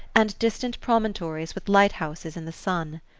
and distant promontories with light-houses in the sun.